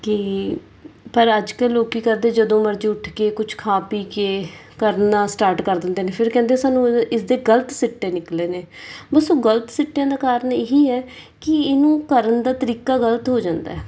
ਕਿ ਪਰ ਅੱਜ ਕੱਲ੍ਹ ਲੋਕ ਕਰਦੇ ਜਦੋਂ ਮਰਜ਼ੀ ਉੱਠ ਕੇ ਕੁਛ ਖਾ ਪੀ ਕੇ ਕਰਨਾ ਸਟਾਰਟ ਕਰ ਦਿੰਦੇ ਨੇ ਫਿਰ ਕਹਿੰਦੇ ਸਾਨੂੰ ਇਸਦੇ ਗਲਤ ਸਿੱਟੇ ਨਿਕਲੇ ਨੇ ਬਸ ਉਹ ਗਲਤ ਸਿੱਟਿਆਂ ਦਾ ਕਾਰਨ ਇਹੀ ਹੈ ਕਿ ਇਹਨੂੰ ਕਰਨ ਦਾ ਤਰੀਕਾ ਗਲਤ ਹੋ ਜਾਂਦਾ